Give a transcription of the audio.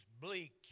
bleak